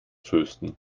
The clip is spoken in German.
trösten